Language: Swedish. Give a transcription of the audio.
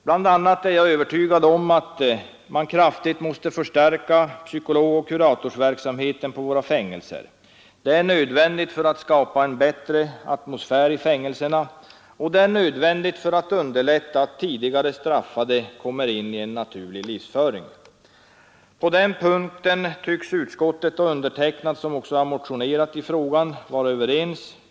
Jag är övertygad om att man bl.a. kraftigt måste förstärka psykologoch kuratorsverksamheten på våra fängelser. Det är nödvändigt för att skapa en bättre atmosfär i fängelserna, och det är nödvändigt för att underlätta att tidigare straffade kommer in i en naturlig livsföring. På den punkten tycks utskottet och jag — jag har motionerat i frågan — vara överens.